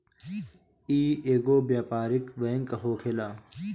इ एगो व्यापारिक बैंक होखेला